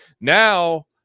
now